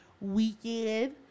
weekend